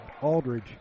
Aldridge